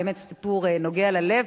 באמת סיפור נוגע ללב,